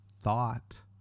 thought